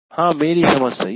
हाँ मेरी समझ सही है